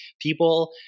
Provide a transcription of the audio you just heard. people